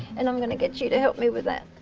and i'm going to get you to help me with that.